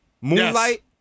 Moonlight